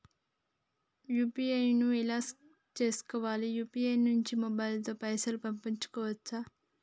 UPI ను ఎలా చేస్కోవాలి యూ.పీ.ఐ నుండి మొబైల్ తో పైసల్ పంపుకోవచ్చా?